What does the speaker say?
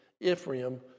Ephraim